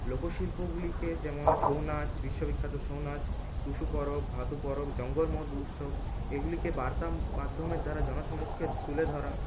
লোকশিল্পগুলিকে যেমন ছৌনাচ বিশ্ববিখ্যাত ছৌনাচ টুসু পরব ভাদু পরব জঙ্গলমহল উৎসব এগুলিকে বার্তা মাধ্যমের দ্বারা জনসমক্ষে তুলে ধরা